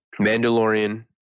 Mandalorian